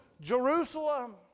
Jerusalem